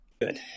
Good